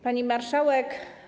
Pani Marszałek!